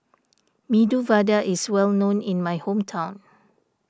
Medu Vada is well known in my hometown